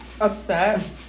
Upset